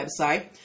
website